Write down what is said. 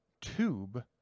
tube